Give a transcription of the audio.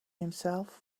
himself